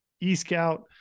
e-scout